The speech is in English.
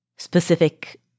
specific